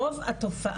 רוב התופעה.